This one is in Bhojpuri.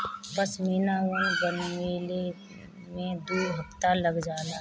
पश्मीना ऊन बनवले में दू हफ्ता लग जाला